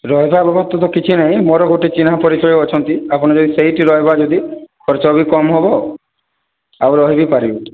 ରହିବା ବ୍ୟବସ୍ଥା ତ କିଛି ନାହିଁ ମୋର ଗୋଟିଏ ଚିହ୍ନା ପରିଚିତ ଅଛନ୍ତି ଆପଣ ଯଦି ସେଇଠି ରହିବ ଯଦି ଖର୍ଚ୍ଚ ବି କମ ହେବ ଆଉ ରହି ବି ପାରିବେ